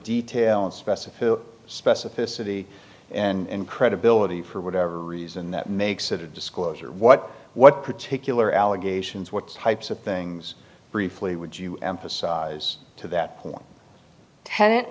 detail and specificity specificity and credibility for whatever reason that makes it a disclosure what what particular allegations what's types of things briefly would you emphasize to that point ten